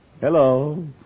Hello